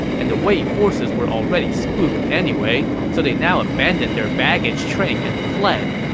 and the wei forces were already spooked anyway, so they now abandoned their baggage train and fled.